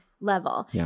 level